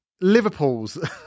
Liverpool's